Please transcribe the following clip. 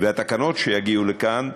והתקנות שיגיעו לכאן,